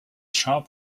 shop